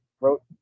wrote